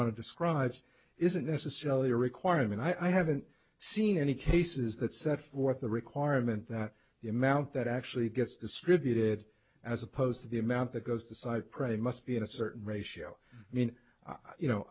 it describes isn't necessarily a requirement i haven't seen any cases that set forth the requirement that the amount that actually gets distributed as opposed to the amount that goes to cypre must be in a certain ratio i mean you know